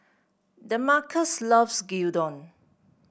Demarcus loves Gyudon